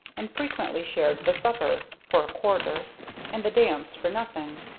and frequently shared the supper for a quarter and the dance for nothing.